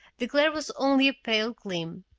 the glare was only pale gleam.